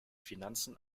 finanzen